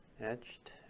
etched